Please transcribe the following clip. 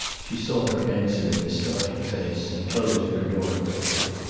she saw her answer in his startled face, and closed her door quickly.